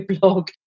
blog